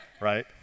right